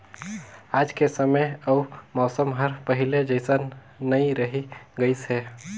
आयज के समे अउ मउसम हर पहिले जइसन नइ रही गइस हे